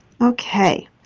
Okay